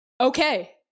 Okay